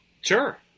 Sure